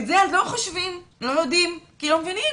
על זה לא חושבים ולא יודעים כי לא מבינים.